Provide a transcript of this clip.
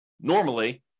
normally